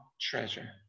treasure